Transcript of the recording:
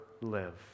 live